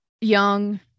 young